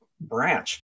branch